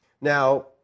Now